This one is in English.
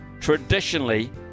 traditionally